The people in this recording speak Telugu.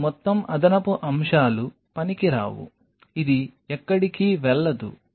కాబట్టి ఈ మొత్తం అదనపు అంశాలు పనికిరావు ఇది ఎక్కడికీ వెళ్లదు